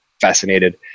fascinated